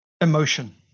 Emotion